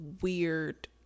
weird